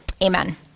Amen